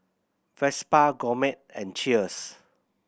Vespa Gourmet and Cheers